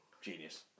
Genius